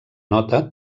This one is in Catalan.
nota